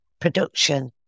production